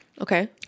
Okay